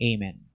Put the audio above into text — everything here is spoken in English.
Amen